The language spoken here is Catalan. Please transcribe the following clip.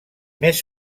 més